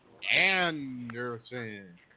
Anderson